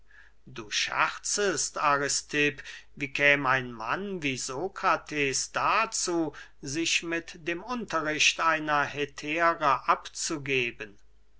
du scherzest aristipp wie käm ein mann wie sokrates dazu sich mit dem unterricht einer hetäre abzugeben